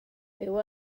byw